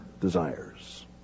desires